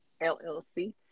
LLC